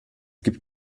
gibt